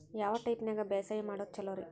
ಯಾವ ಟೈಪ್ ನ್ಯಾಗ ಬ್ಯಾಸಾಯಾ ಮಾಡೊದ್ ಛಲೋರಿ?